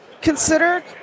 consider